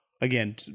Again